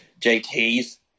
JT's